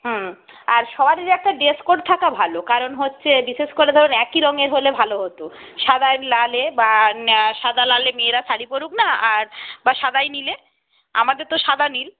হুম আর সবারই একটা ড্রেস কোড থাকা ভালো কারণ হচ্ছে বিশেষ করে ধরুন একই রঙের হলে ভালো হতো সাদায় লালে বা সাদা লালে মেয়েরা শাড়ি পরুক না আর বা সাদায় নীলে আমাদের তো সাদা নীল